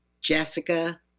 Jessica